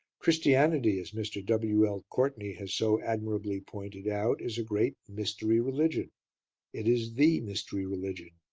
christianity, as mr. w l. courtney has so admirably pointed out, is a great mystery religion it is the mystery religion.